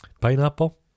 Pineapple